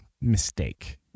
mistake